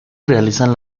realizan